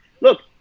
Look